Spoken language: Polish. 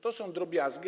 To są drobiazgi.